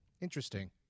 interesting